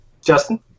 Justin